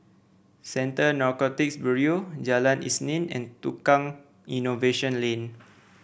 Central Narcotics Bureau Jalan Isnin and Tukang Innovation Lane